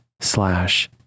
slash